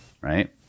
right